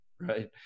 Right